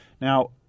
Now